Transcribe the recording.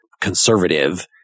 conservative